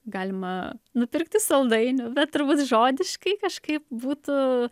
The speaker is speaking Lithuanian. galima nupirkti saldainių bet turbūt žodiškai kažkaip būtų